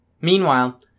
Meanwhile